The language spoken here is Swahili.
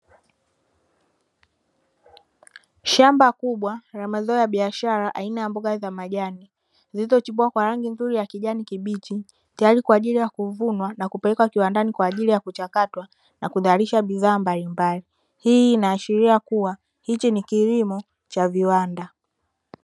Shamba kubwa la mazao ya biashara aina ya mboga za majani, zilizochipua kwa rangi nzuri ya kijani kibichi, tayari kwa ajili ya kuvuna na kupelekwa kiwandani kwa ajili ya kuchakatwa na kuzalisha bidhaa mbalimbali. Hii inaashiria kuwa, hiki ni kilimo cha viwanda.